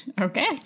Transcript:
okay